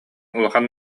улахан